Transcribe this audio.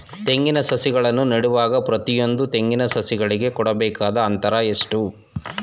ತೆಂಗಿನ ಸಸಿಗಳನ್ನು ನೆಡುವಾಗ ಪ್ರತಿಯೊಂದು ತೆಂಗಿನ ಸಸಿಗಳಿಗೆ ಕೊಡಬೇಕಾದ ಅಂತರ ಎಷ್ಟು?